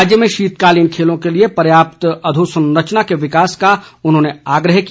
राज्य में शीतकालीन खेलों के लिए पर्याप्त अधोसंरचना के विकास का उन्होंने आग्रह किया